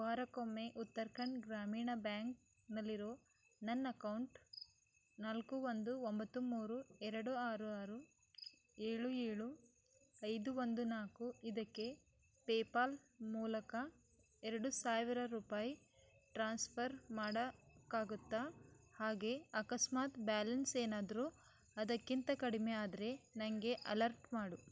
ವಾರಕ್ಕೊಮ್ಮೆ ಉತ್ತರಖಂಡ್ ಗ್ರಾಮೀಣ ಬ್ಯಾಂಕ್ ನಲ್ಲಿರೊ ನನ್ನ ಅಕೌಂಟ್ ನಾಲ್ಕು ಒಂದು ಒಂಬತ್ತು ಮೂರು ಎರಡು ಆರು ಆರು ಏಳು ಏಳು ಐದು ಒಂದು ನಾಕು ಇದಕ್ಕೆ ಪೇಪಾಲ್ ಮೂಲಕ ಎರಡು ಸಾವಿರ ರೂಪಾಯ್ ಟ್ರಾನ್ಸ್ಫರ್ ಮಾಡೋಕಾಗುತ್ತ ಹಾಗೆ ಅಕಸ್ಮಾತ್ ಬ್ಯಾಲೆನ್ಸ್ ಏನಾದರು ಅದಕ್ಕಿಂತ ಕಡಿಮೆ ಆದರೆ ನಂಗೆ ಅಲರ್ಟ್ ಮಾಡು